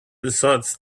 besides